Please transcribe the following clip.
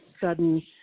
sudden